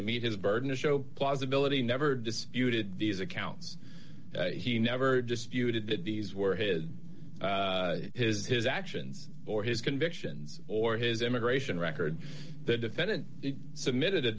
to meet his burden to show plausibility never disputed these accounts he never disputed that these were his his his actions or his convictions or his immigration record the defendant submitted a